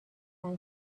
سنگ